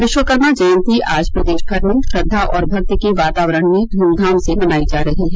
विश्वकर्मा जयंती आज प्रदेश भर में श्रद्धा और भक्ति के वातावरण में ध्मधाम से मनायी जा रही है